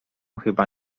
chyba